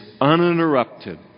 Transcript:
uninterrupted